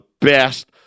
best